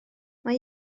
mae